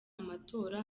amatora